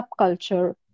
subculture